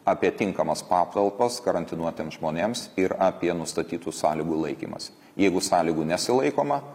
apie tinkamas patalpas karantinuotiems žmonėms ir apie nustatytų sąlygų laikymasi jeigu sąlygų nesilaikoma